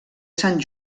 sant